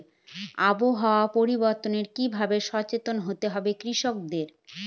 আবহাওয়া পরিবর্তনের কি ভাবে সচেতন হতে হবে কৃষকদের?